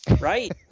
Right